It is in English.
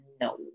no